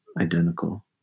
identical